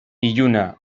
iluna